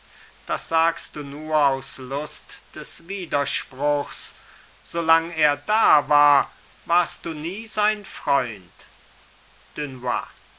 das sagst du nur aus lust des widerspruchs solang er dawar warst du nie sein freund dunois